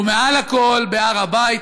ומעל הכול, בהר-הבית.